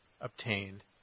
obtained